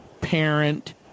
parent